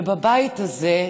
ובבית הזה,